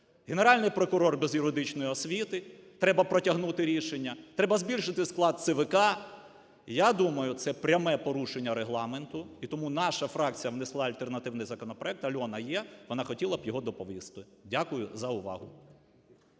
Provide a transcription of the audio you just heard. Генеральний прокурор без юридичної освіти, треба протягнути рішення, треба збільшити склад ЦВК. Я думаю, це пряме порушення Регламенту. І тому наша фракція внесла альтернативний законопроект. Альона є, вона б хотіла його доповісти. Дякую за увагу.